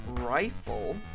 Rifle